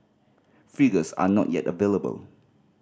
figures are not yet available